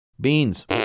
Beans